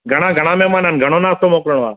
घणा घणा महिमान आहिनि घणो नास्तो मोकिलणो आ